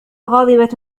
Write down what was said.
غاضبة